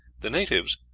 the natives,